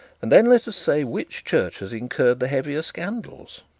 and then let us say which church has incurred the heaviest scandals